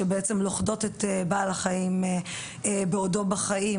שבעצם לוכדות את בעל החיים בעודו בחיים